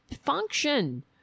function